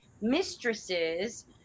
mistresses